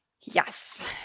Yes